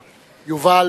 יובל,